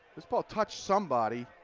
this ball touched somebody.